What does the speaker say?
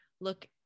Look